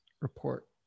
report